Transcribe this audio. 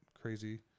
crazy